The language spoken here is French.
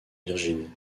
virginie